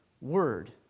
word